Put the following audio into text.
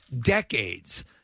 decades